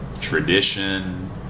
tradition